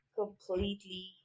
completely